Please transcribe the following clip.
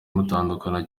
mutandukana